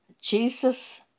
Jesus